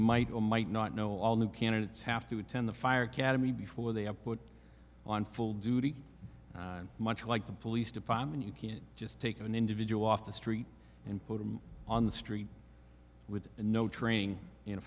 might or might not know all new candidates have to attend the fire academy before they have put on full duty much like the police department you can't just take an individual off the street and put them on the street with no training in a